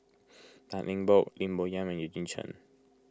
Tan Eng Bock Lim Bo Yam and Eugene Chen